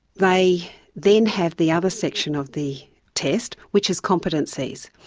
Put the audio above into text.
they then have the other section of the test which is competencies.